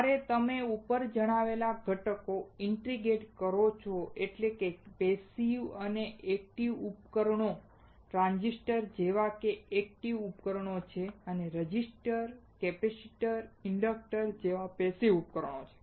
જ્યારે તમે ઉપર જણાવેલ ઘટકો ઇન્ટિગ્રેટે કરો છો એટલે કે પૅસિવ અને ઍક્ટિવ ઉપકરણો ટ્રાંઝિસ્ટર જેવા કે જે ઍક્ટિવ ઉપકરણો છે અને રેઝિસ્ટર કેપેસિટર્સ ઇન્ડક્ટર્સ વગેરે જે પૅસિવ ઉપકરણો છે